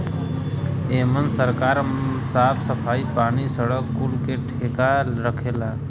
एमन सरकार साफ सफाई, पानी, सड़क कुल के ठेका रखेला